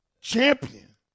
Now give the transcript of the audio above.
champion